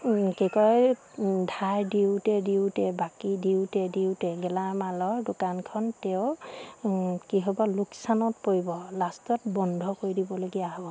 কি কয় ধাৰ দিওঁতে দিওঁতে বাকী দিওঁতে দিওঁতে গেলমালৰ দোকানখন তেওঁ কি হ'ব লোকচানত পৰিব লাষ্টত বন্ধ কৰি দিবলগীয়া হ'ব